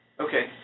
Okay